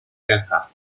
granja